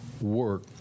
work